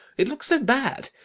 it looks so bad.